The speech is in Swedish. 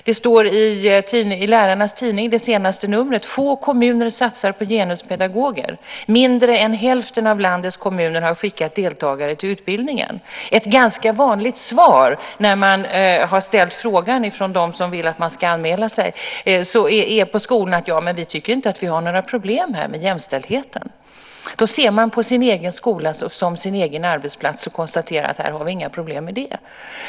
Det står så här i lärarnas tidning, det senaste numret: "Få kommuner satsar på genuspedagoger. Mindre än hälften av landets kommuner har skickat deltagare till utbildningen." Ett ganska vanligt svar på skolorna när de som vill att man ska anmäla sig har ställt frågan är i dag: Vi tycker att vi inte har några problem med jämställdheten här. Då ser man på sin egen skola som sin egen arbetsplats och konstaterar att där har de inga problem med det.